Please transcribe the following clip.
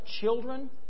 children